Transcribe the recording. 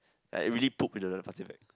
I really poop into the plastic bag